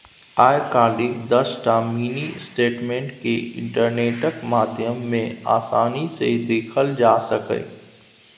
आइ काल्हि दसटा mini statement केँ इंटरनेटक माध्यमे आसानी सँ देखल जा सकैए